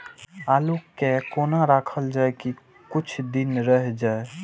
आलू के कोना राखल जाय की कुछ दिन रह जाय?